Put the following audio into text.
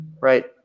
right